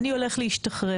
אני הולך להשתחרר,